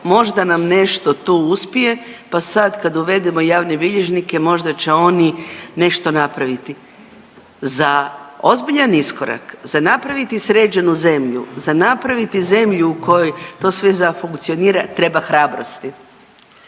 možda nam nešto tu uspije pa sad kad uvedemo javne bilježnike, možda će oni nešto napraviti. Za ozbiljan iskorak, za napraviti sređenu zemlju, za napraviti zemlju u kojoj to sve za funkcionira treba hrabrosti.